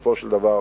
שבסופו של דבר,